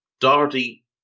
Doherty